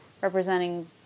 representing